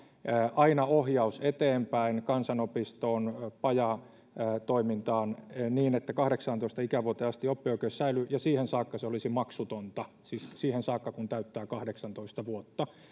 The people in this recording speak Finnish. aina ohjaus eteenpäin kansanopistoon pajatoimintaan niin että kahdeksaantoista ikävuoteen asti oppioikeus säilyy ja siihen saakka se olisi maksutonta siis siihen saakka kun täyttää kahdeksantoista vuotta